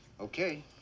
Okay